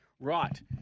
Right